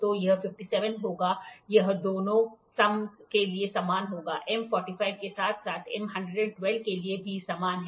तो यह 57 होगा यह दोनों सम के लिए समान होगा M 45 के साथ साथ M 112 के लिए भी समान है